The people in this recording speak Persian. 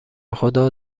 خدا